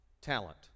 talent